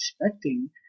expecting